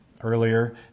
earlier